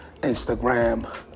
Instagram